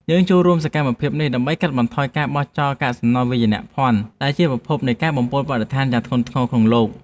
យើងចូលរួមក្នុងសកម្មភាពនេះដើម្បីកាត់បន្ថយការបោះចោលកាកសំណល់វាយនភណ្ឌ ដែលជាប្រភពនៃការបំពុលបរិស្ថានយ៉ាងធ្ងន់ធ្ងរក្នុងលោក។